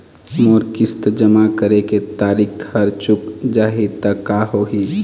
मोर किस्त जमा करे के तारीक हर चूक जाही ता का होही?